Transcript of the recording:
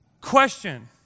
Question